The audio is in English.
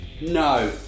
No